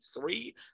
three